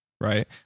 Right